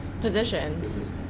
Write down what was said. positions